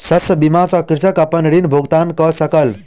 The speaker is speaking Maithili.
शस्य बीमा सॅ कृषक अपन ऋण भुगतान कय सकल